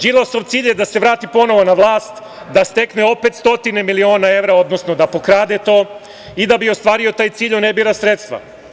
Đilasov cilj je da se vrati ponovo na vlast, da stekne opet stotine miliona evra, odnosno da pokrade to i da bi ostvario taj cilj on ne bira sredstva.